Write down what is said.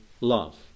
love